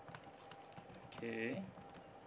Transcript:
okay